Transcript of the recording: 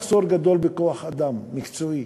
מחסור גדול בכוח-אדם מקצועי,